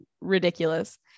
ridiculous